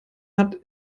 hat